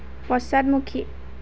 পশ্চাদমুখী